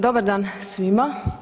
Dobar dan svima.